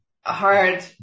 hard